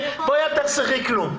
בואי, אל תחסכי כלום.